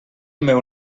meu